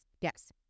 Yes